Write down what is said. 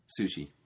sushi